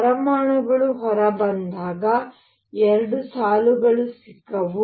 ಪರಮಾಣುಗಳು ಹೊರಬಂದಾಗ 2 ಸಾಲುಗಳು ಸಿಕ್ಕವು